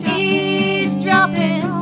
eavesdropping